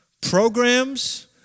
programs